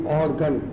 organ